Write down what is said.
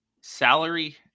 salary